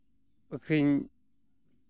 ᱟᱹᱠᱷᱨᱤᱧ